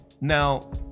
now